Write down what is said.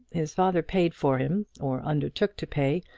his father paid for him, or undertook to pay,